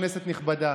כנסת נכבדה,